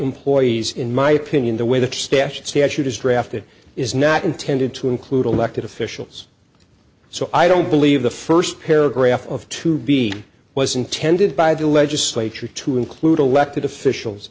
employees in my opinion the way the stache statute is drafted is not intended to include elected officials so i don't believe the first paragraph of to be was intended by the legislature to include elected officials